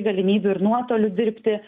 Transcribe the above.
galimybių ir nuotoliu dirbti